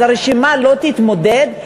אז הרשימה לא תתמודד,